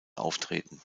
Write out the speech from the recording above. auftreten